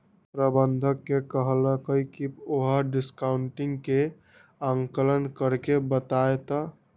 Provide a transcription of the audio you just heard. प्रबंधक ने कहल कई की वह डिस्काउंटिंग के आंकलन करके बतय तय